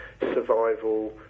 survival